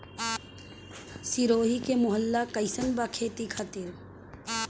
सिरोही के माहौल कईसन बा खेती खातिर?